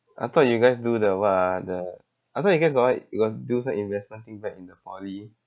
I thought you guys do the what ah the I thought you guys got what got do some investment thing back in the poly